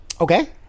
okay